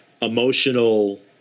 emotional